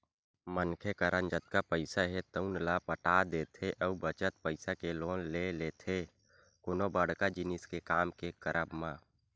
मनखे करन जतका पइसा हे तउन ल पटा देथे अउ बचत पइसा के लोन ले लेथे कोनो बड़का जिनिस के काम के करब म